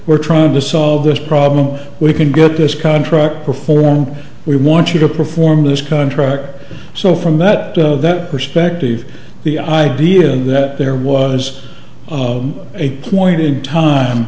we're trying to solve this problem we can get this contract perform we want you to perform this contract so from that perspective the idea that there was a point in time